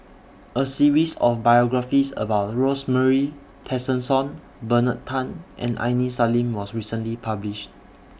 A series of biographies about Rosemary Tessensohn Bernard Tan and Aini Salim was recently published